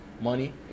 Money